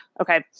okay